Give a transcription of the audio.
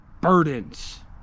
burdens